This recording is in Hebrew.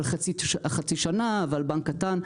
על חצי שנה ועל בנק קטן.